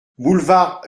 boulevard